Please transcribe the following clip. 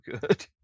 good